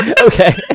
okay